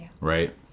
right